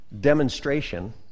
demonstration